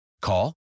Call